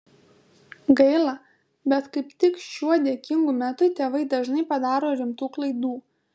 gaila bet kaip tik šiuo dėkingu metu tėvai dažnai padaro rimtų klaidų